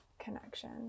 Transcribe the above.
connection